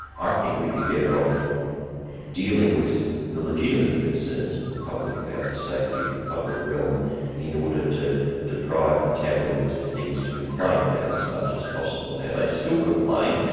i think we'd be better off dealing with the legitimate concerns of the public about the safety of the public realm in order to deprive the tabloids of things to complain about as much as possible. now, they'd still complain,